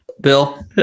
Bill